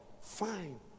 Fine